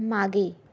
मागे